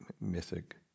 mythic